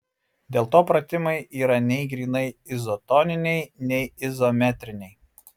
dėl to pratimai yra nei grynai izotoniniai nei izometriniai